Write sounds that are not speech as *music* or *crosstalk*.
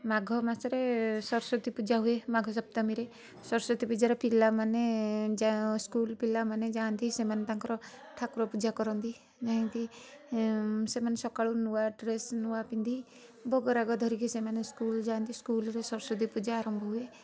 ମାଘ ମାସରେ ସରସ୍ୱତୀ ପୂଜା ହୁଏ ମାଘ ସପ୍ତମୀରେ ସରସ୍ୱତୀ ପୂଜାରେ ପିଲାମାନେ ସ୍କୁଲ ପିଲାମାନେ ଯାଆନ୍ତି ସେମାନେ ତାଙ୍କର ଠାକୁର ପୂଜା କରନ୍ତି *unintelligible* ସେମାନେ ସକାଳୁ ନୂଆ ଡ୍ରେସ୍ ନୂଆ ପିନ୍ଧି ଭୋଗରାଗ ଧରିକି ସେମାନେ ସ୍କୁଲ୍ ଯାଆନ୍ତି ସ୍କୁଲରେ ସରସ୍ୱତୀ ପୂଜା ଆରମ୍ଭ ହୁଏ